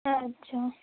अच्छा